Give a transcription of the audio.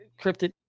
cryptid